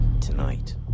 Tonight